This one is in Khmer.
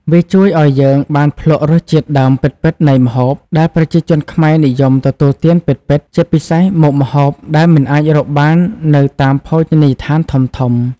វាជួយឱ្យយើងបានភ្លក្សរសជាតិដើមពិតៗនៃម្ហូប ដែលប្រជាជនខ្មែរនិយមទទួលទានពិតៗ ជាពិសេសមុខម្ហូបដែលមិនអាចរកបាននៅតាមភោជនីយដ្ឋានធំៗ ។